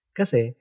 kasi